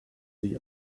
sich